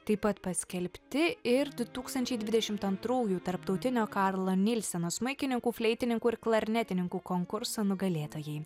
taip pat paskelbti ir du tūkstančiai dvidešimt antrųjų tarptautinio karlo nilseno smuikininkų fleitininkų ir klarnetininkų konkurso nugalėtojai